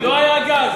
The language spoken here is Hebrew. לא היה גז.